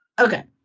Okay